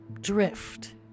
drift